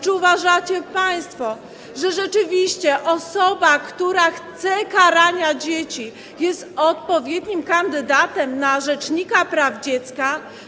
Czy uważacie państwo, że rzeczywiście osoba, która chce karania dzieci, jest odpowiednim kandydatem na rzecznika praw dziecka?